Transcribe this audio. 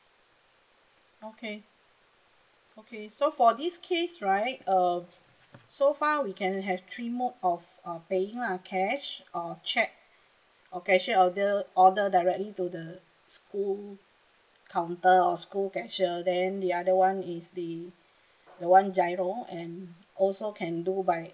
okay okay so for this case right um so far we can have three mode of uh paying lah cash or cheque or cashier order order directly to the school counter or school cashier then the other [one] is the the one G_I_R_O and also can do by